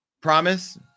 Promise